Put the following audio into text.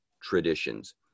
traditions